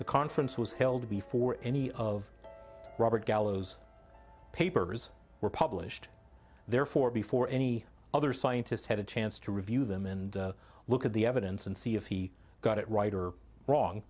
the conference was held before any of robert gallo's papers were published therefore before any other scientists had a chance to review them and look at the evidence and see if he got it right or wrong